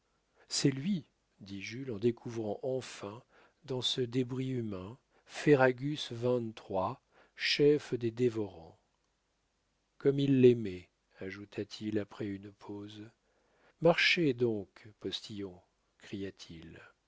c'est lui dit jules en découvrant enfin dans ce débris humain ferragus xxiii chef des dévorants comme il l'aimait ajouta-t-il après une pause marchez donc postillon cria-t-il